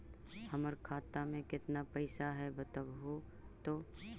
हमर खाता में केतना पैसा है बतहू तो?